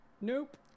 Nope